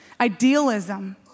idealism